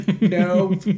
no